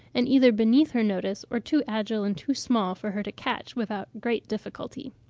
and either beneath her notice, or too agile and too small for her to catch without great difficulty.